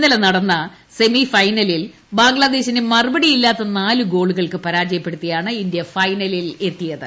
ഇന്നലെ നട സെമി ഫൈനലിൽ ബംഗ്ലാദേശിനെ മറുപടിയില്ലാത്ത നാല് ഗോളുകൾക്ക് പരാജയപ്പെടുത്തിയാണ് ഇന്ത്യ ്ഹൈനലിൽ എത്തിയത്